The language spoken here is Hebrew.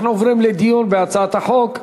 אנחנו עוברים לדיון בהצעת החוק.